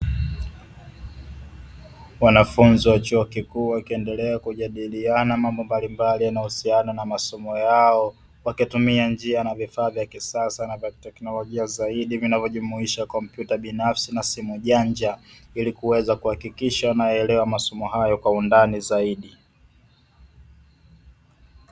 Wanafunzi wa chuo kikuu wakiendelea kujadiliana mambo mbalimbali yanayohusiana na masomo yao, wakitumia njia na vifaa vya kisasa na vya kiteknolojia zaidi vijavyojumuisha kompyuta binafsi na simu janja, ili kuweza kuhakikisha wanaelewa masomo hayo kwa undani zaidi.